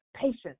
patience